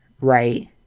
right